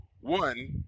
One